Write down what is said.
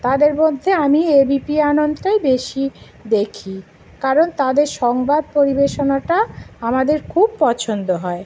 তাদের মধ্যে আমি এবিপি আনন্দটাই বেশি দেখি কারণ তাদের সংবাদ পরিবেশনাটা আমাদের খুব পছন্দ হয়